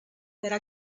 era